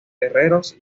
herreros